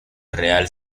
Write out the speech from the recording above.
real